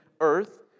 earth